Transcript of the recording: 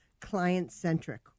client-centric